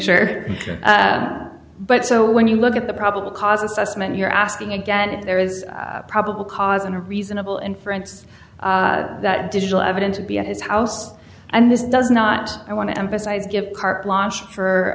sure but so when you look at the probable cause assessment you're asking again if there is probable cause and a reasonable inference that digital evidence to be at his house and this does not i want to emphasize give carte blanche for